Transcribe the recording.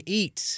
eat